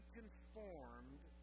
conformed